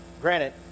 granted